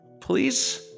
Please